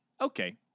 Okay